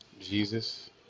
Jesus